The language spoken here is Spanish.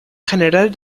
general